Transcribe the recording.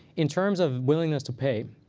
in terms of willingness to pay,